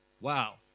Wow